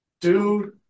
dude